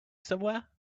somewhere